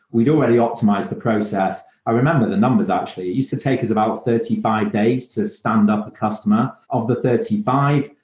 we do really optimize the process, and ah remember the numbers actually, it used to take us about thirty five days to stand up a customer. of the thirty five,